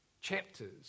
chapters